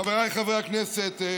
חבריי חברי הכנסת,